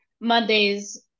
Mondays